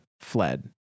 fled